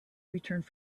returned